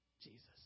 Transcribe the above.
Jesus